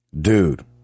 dude